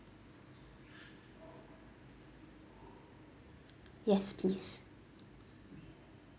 yes please